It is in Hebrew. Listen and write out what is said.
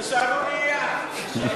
זו שערורייה.